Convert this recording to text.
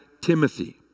Timothy